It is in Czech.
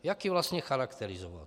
Jak ji vlastně charakterizovat.